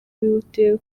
bihutiye